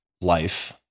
life